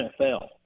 NFL